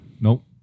Nope